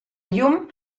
llum